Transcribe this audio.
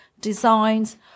designs